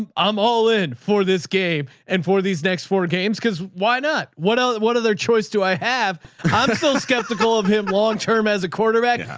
um i'm all in for this game and for these next four games. cause why not? what else? what other choice do i have? i'm still skeptical of him long term as a quarterback, yeah